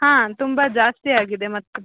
ಹಾಂ ತುಂಬ ಜಾಸ್ತಿ ಆಗಿದೆ ಮತ್ತು